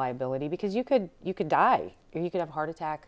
liability because you could you could die or you could have a heart attack